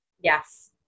yes